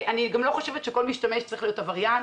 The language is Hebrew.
אני גם לא חושבת שכל משתמש צריך להיות עבריין.